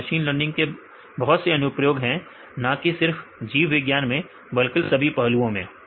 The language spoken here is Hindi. तो मशीन लर्निंग के बहुत सारे अनुप्रयोग है ना कि सिर्फ जीव विज्ञान में बल्कि सभी पहलुओं में